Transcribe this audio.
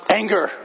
anger